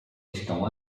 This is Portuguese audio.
estão